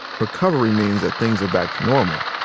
recovery means that things are back to normal.